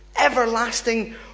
Everlasting